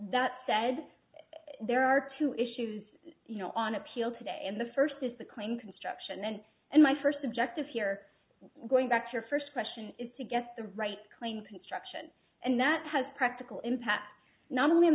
that said there are two issues you know on appeal today and the first is the claim construction and and my first objective here going back to your first question is to get the right clean construction and that has practical impact not only in